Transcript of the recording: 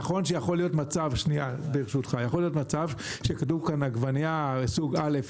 יכול להיות מצב שכתוב כאן עגבנייה סוג א'